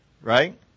right